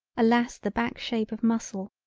alas the back shape of mussle,